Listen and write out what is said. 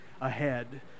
ahead